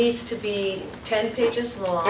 needs to be ten pages long